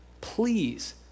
Please